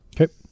Okay